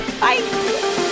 Bye